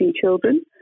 children